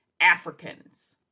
Africans